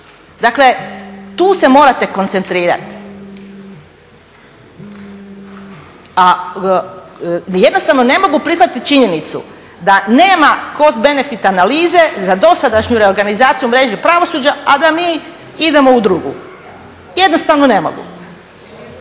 Dakle, tu se morate koncentrirati. Jednostavno ne mogu prihvatiti činjenicu da nema ko s benefit analize za dosadašnju reorganizaciju mreže pravosuđa a da mi idemo u drugu, jednostavno ne mogu.